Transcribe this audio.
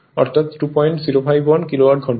অর্থাৎ 2051 কিলোওয়াট ঘন্টা